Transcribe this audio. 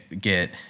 get